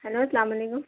hello سلام علیکم